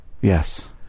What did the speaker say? Yes